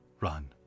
run